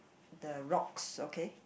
the rocks okay